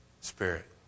Spirit